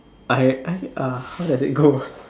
I I uh how does it go